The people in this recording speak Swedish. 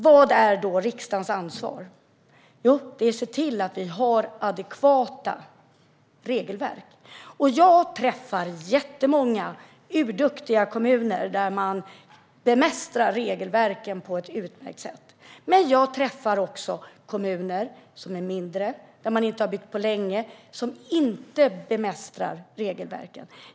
Vad är då riksdagens ansvar? Det är att se till att vi har adekvata regelverk. Jag träffar jättemånga urduktiga kommuner där man bemästrar regelverken på ett utmärkt sätt. Men jag träffar också mindre kommuner där man inte har byggt på länge och där man inte bemästrar regelverken.